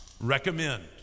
recommend